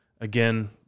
Again